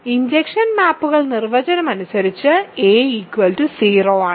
injection മാപ്പുകൾ നിർവ്വചനം അനുസരിച്ചു a 0 ആണ്